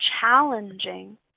challenging